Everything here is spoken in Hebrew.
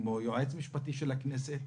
כמו היועץ משפטי של הכנסת.